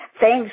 Thanks